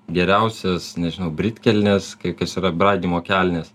geriausias nežinau britkelnes kai kas yra braidymo kelnės